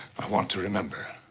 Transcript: i want to remember.